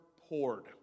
poured